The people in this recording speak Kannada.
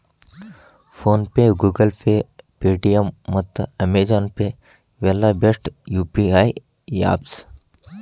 phone pay, Google pay, Paytm ಮತ್ತ ಅಮೆಜಾನ್ ಪೇ ಇವೆಲ್ಲ ಬೆಸ್ಟ್ ಯು.ಪಿ.ಐ ಯಾಪ್ಸ್